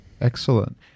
Excellent